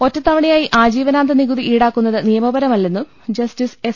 ഒറ്റത്ത വണയായി ആജീവനാന്ത നികുതി ഈടാക്കുന്നത് നിയമപരമ ല്ലെന്ന് ജസ്റ്റിസ് എസ്